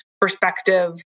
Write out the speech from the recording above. perspective